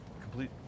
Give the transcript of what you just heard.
complete